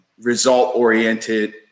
result-oriented